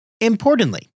Importantly